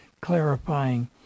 clarifying